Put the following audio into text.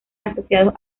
asociados